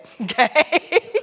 Okay